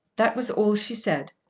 that was all she said,